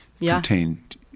contained